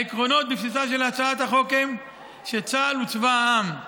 העקרונות בבסיסה של הצעת החוק הם שצה"ל הוא צבא העם,